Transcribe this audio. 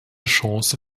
chance